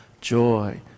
joy